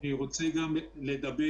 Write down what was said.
אני רוצה לדבר